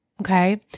Okay